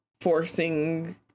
forcing